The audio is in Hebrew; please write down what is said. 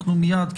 אנחנו מייד.